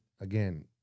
again